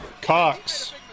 Cox